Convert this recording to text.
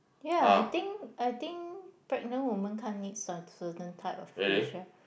ya I think I think pregnant women can't eat cer~ certain type of fish ah